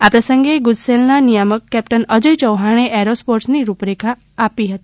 આ પ્રસંગે ગુજસેલના નિયામક કેપ્ટન અજય યૌહાણે એરો સ્પોર્ટસની રૃપરેખા આપી હતી